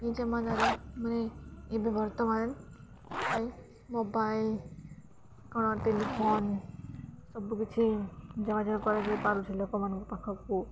ଏଇ ଜମାଦାରେ ମାନେ ଏବେ ବର୍ତ୍ତମାନ ପାଇଁ ମୋବାଇଲ୍ କ'ଣ ଟେଲିଫୋନ୍ ସବୁକିଛି ଯୋଗାଯୋଗ କରାଯାଇପାରୁଛେ ଲୋକମାନଙ୍କ ପାଖକୁ